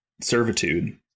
servitude